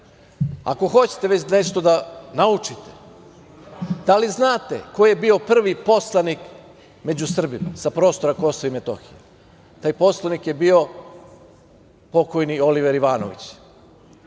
hoćete već nešto da naučite, da li znate ko je bio prvi poslanik među Srbima sa prostora Kosova i Metohije? Taj poslanik je bio pokojni Oliver Ivanović.